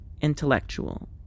Intellectual